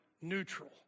neutral